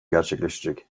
gerçekleşecek